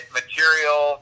material